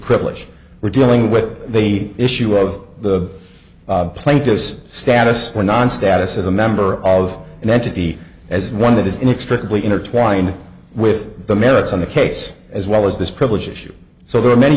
privilege we're dealing with the issue of the plaintiff's status or non status as a member of an entity as one that is inextricably intertwined with the merits of the case as well as this privilege issue so there are many